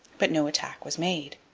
but no attack was made.